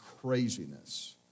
craziness